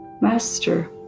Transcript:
master